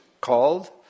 called